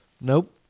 Nope